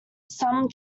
some